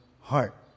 heart